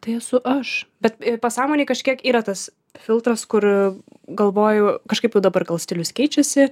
tai esu aš bet pasąmonėj kažkiek yra tas filtras kur galvoju kažkaip jau dabar gal stilius keičiasi